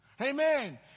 Amen